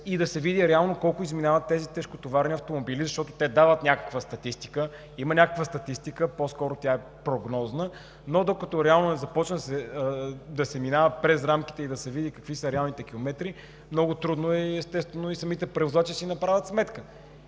Да се види реално колко изминават тежкотоварните автомобили, защото те дават някаква статистика. По-скоро тя е прогнозна, но докато реално не започне да се минава през рамките и да се види какви са реалните километри, много трудно е и самите превозвачи да си направят сметка.